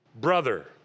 brother